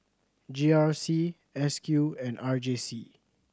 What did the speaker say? G R C S Q and R J C